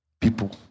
People